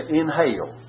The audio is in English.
inhale